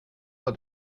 bei